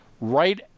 right